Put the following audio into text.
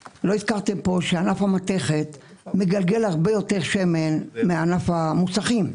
לא הזכרתם פה שענף המתכת מגלגל הרבה יותר שמן מענף המוסכים.